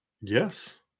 Yes